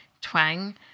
twang